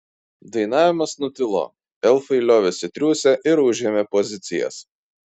dainavimas nutilo elfai liovėsi triūsę ir užėmė pozicijas